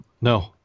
No